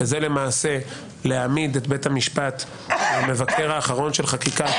שזה למעשה להעמיד את בית המשפט כמבקר האחרון של חקיקה,